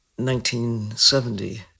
1970